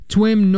Twim